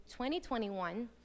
2021